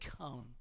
come